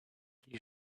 you